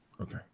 Okay